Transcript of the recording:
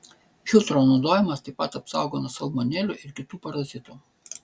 filtro naudojimas taip pat apsaugo nuo salmonelių ir kitų parazitų